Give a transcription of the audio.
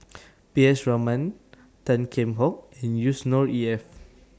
P S Raman Tan Kheam Hock and Yusnor Ef